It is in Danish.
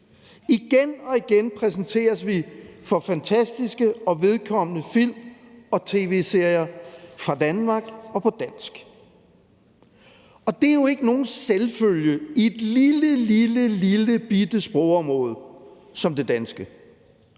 Igen og igen præsenteres vi for fantastiske og vedkommende film og tv-serier fra Danmark og på dansk. Det er jo ikke nogen selvfølge i et lillelillebitte sprogområde som det danske,